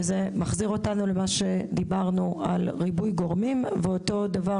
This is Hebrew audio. וזה מחזיר אותנו לריבוי גורמים; אותו הדבר